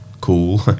cool